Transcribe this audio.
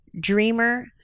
dreamer